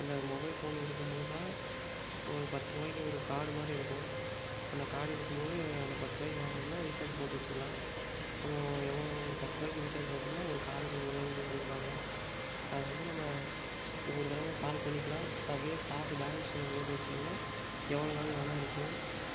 அந்த mobile phone இருக்கும்போது தான் ஒரு பத்து ரூபாய்க்கு ஒரு கார்டு மாதிரி இருக்கும் அந்த கார்டு இருக்கும்போது அந்த பத்து ரூபாய்க்கு வாங்குனோம்னா ரீசார்ஜ் போட்டு வச்சுக்கலாம் நம்ம எவ்வளோ ஒரு பத்து ரூபாய்க்கு ரீசார்ஜ் போட்டோம்னா ஒரு காலுக்கு இவ்வளோன்னு சொல்லி பிடிப்பாங்க அது வந்து நம்ம ஒரு தடவை கால் பண்ணிக்கலாம் அப்படியே காசு பேலன்ஸ் போட்டு வச்சோம்னா எவ்வளோ நாள் வேணால் இருக்கும்